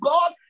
God